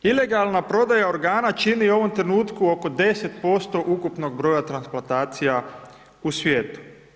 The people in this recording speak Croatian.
Ilegalna prodaja organa čini u ovom trenutku oko 10% ukupnog broja transplantacija u svijetu.